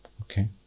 Okay